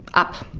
up.